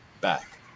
Back